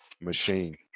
machine